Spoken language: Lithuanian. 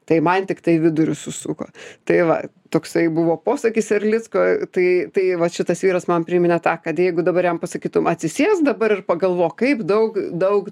tai man tiktai vidurius susuko tai va toksai buvo posakis erlicko tai tai vat šitas vyras man priminė tą kad jeigu dabar jam pasakytum atsisėsk dabar ir pagalvok kaip daug daug